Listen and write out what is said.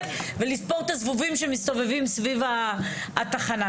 ולספור את הזבובים שמסתובבים סביב התחנה,